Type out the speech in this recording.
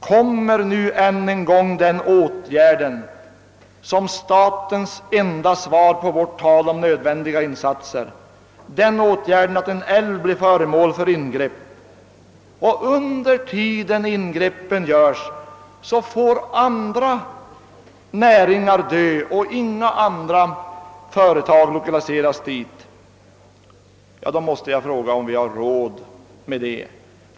Kommer nu återigen den åtgärden såsom statens enda svar på vår bön om nödvändiga insatser, att en älv blir föremål för ingrepp? Och under tiden, när dessa ingrepp görs, får andra näringar i bygden dö ut och inga andra företag får lokaliseras dit! Då måste jag fråga, om vi verkligen har råd med detta.